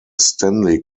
stanley